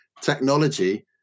technology